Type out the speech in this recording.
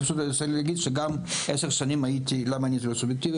פשוט אני רוצה להגיד למה אני לא סובייקטיבי,